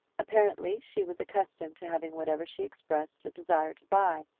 apparently she was accustomed to having whatever she expressed a desire to buy,